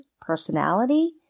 personality